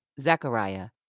Zechariah